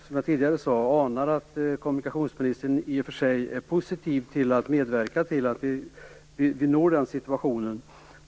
Som jag tidigare sade, anar jag att kommunikationsministern i och för sig är positiv till att medverka till detta.